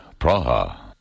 Praha